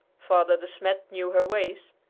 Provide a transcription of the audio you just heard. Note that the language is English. father de smet knew her ways,